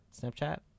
Snapchat